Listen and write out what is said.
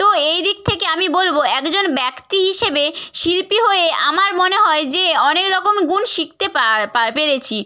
তো এই দিক থেকে আমি বলব একজন ব্যক্তি হিসেবে শিল্পী হয়ে আমার মনে হয় যে অনেক রকম গুণ শিখতে পেরেছি